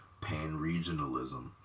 pan-regionalism